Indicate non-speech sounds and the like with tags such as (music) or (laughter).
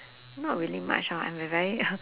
not really much lah I'm a very (breath)